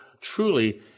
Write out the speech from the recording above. truly